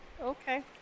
Okay